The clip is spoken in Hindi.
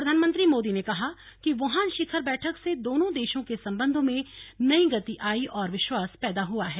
प्रधानमंत्री मोदी ने कहा कि वुहान शिखर बैठक से दोनों देशों के संबंधों में नई गति आई और विश्वास पैदा हुआ है